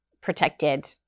protected